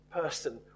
person